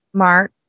Mark